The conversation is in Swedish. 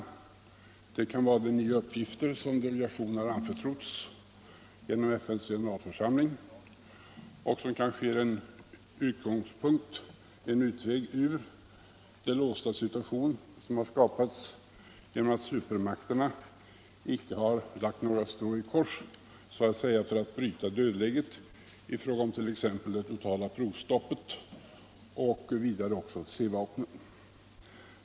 = Utrikes-, handels Det kan vara de nya uppgifter som har anförtrotts konferensen av FN:s — och valutapolitisk generalförsamling och som kanske ger en utväg ur den låsta situation debatt som har skapats genom att supermakterna inte lagt några strån i kors för att bryta dödläget i fråga om t.ex. det totala provstoppet och C-vapnen.